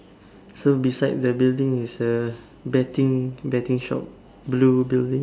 so beside the building is a betting betting shop blue building